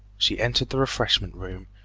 she entered the refreshment room,